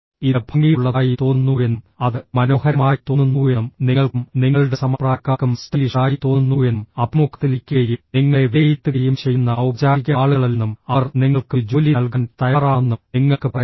ഇത് ഭംഗിയുള്ളതായി തോന്നുന്നുവെന്നും അത് മനോഹരമായി തോന്നുന്നുവെന്നും നിങ്ങൾക്കും നിങ്ങളുടെ സമപ്രായക്കാർക്കും സ്റ്റൈലിഷ് ആയി തോന്നുന്നുവെന്നും അഭിമുഖത്തിൽ ഇരിക്കുകയും നിങ്ങളെ വിലയിരുത്തുകയും ചെയ്യുന്ന ഔപചാരിക ആളുകളല്ലെന്നും അവർ നിങ്ങൾക്ക് ഒരു ജോലി നൽകാൻ തയ്യാറാണെന്നും നിങ്ങൾക്ക് പറയാം